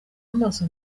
amaso